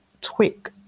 tweak